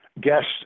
guests